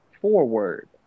forward